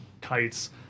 kites